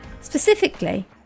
Specifically